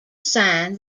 sign